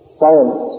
science